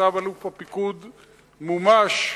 וצו אלוף הפיקוד מומש,